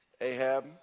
Ahab